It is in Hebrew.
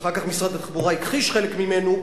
שאחר כך משרד התחבורה הכחיש חלק ממנו,